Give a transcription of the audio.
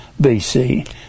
BC